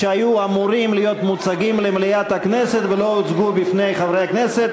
שהיו אמורים להיות מוצגים למליאת הכנסת ולא הוצגו בפני חברי הכנסת,